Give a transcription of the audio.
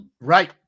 Right